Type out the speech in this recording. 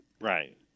Right